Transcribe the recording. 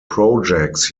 projects